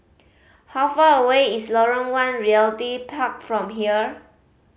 how far away is Lorong One Realty Park from here